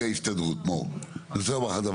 המקום הפנוי הקרוב ביותר הוא אומנם בלשכת קצרין,